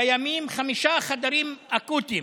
קיימים חמישה חדרים אקוטיים.